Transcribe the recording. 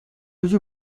you